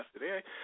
Yesterday